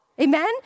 Amen